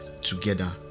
together